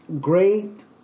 great